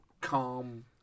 calm